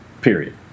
period